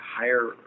higher